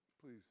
please